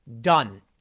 done